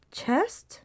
chest